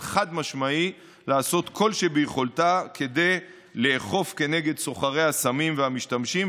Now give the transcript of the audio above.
חד-משמעי לעשות כל שביכולתה כדי לאכוף כנגד סוחרי הסמים והמשתמשים,